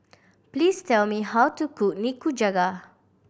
please tell me how to cook Nikujaga